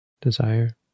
desire